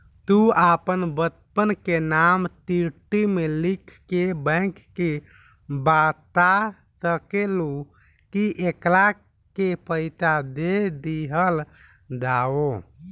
तू आपन बच्चन के नाम चिट्ठी मे लिख के बैंक के बाता सकेलू, कि एकरा के पइसा दे दिहल जाव